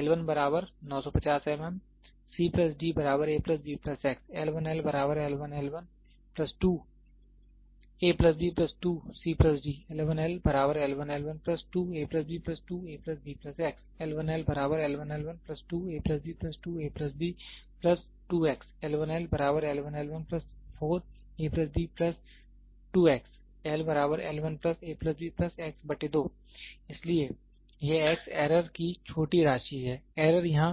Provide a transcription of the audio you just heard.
950 mm c d a b x 2a b 2c d 2a b 2a b x 2a b 2a b 2x 4a b 2x a b इसलिए यह x error की एक छोटी राशि है error या